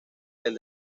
del